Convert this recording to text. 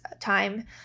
time